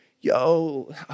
Yo